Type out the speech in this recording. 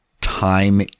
time